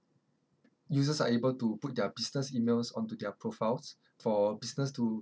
users are able to put their business emails onto their profiles for business to